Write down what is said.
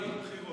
באמצעות בבחירות.